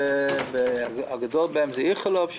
הגדול בהם הוא איכילוב,